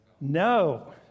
No